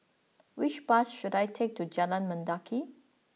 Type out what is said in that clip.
which bus should I take to Jalan Mendaki